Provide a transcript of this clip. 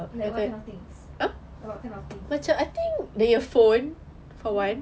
like what kind of things what kind of things oh